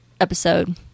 episode